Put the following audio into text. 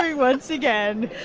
once again.